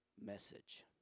message